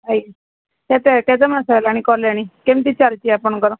ଆଜ୍ଞା କେତେ କେତେ ମାସ ହେଲାଣି କଲେଣି କେମିତି ଚାଲଛି ଆପଣଙ୍କର